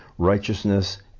righteousness